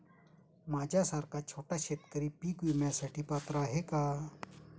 माझ्यासारखा छोटा शेतकरी पीक विम्यासाठी पात्र आहे का?